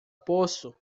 poço